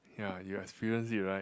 ya you experience it right